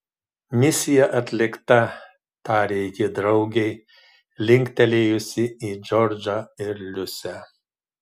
misija atlikta tarė ji draugei linktelėjusi į džordžą ir liusę